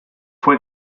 fue